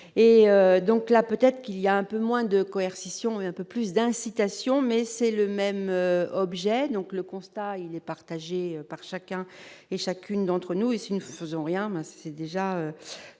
et donc là peut-être qu'il y a un peu moins de coercition, un peu plus d'incitation, mais c'est le même objet, donc le constat il est partagé par chacun et chacune d'entre nous ici ne faisons rien, c'est déjà